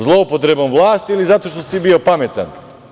Zloupotrebom vlasti ili zato što si bio pametan?